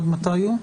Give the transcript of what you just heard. עד מתי הוא?